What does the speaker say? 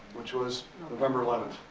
which was november eleventh.